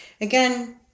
Again